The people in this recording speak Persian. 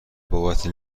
بابت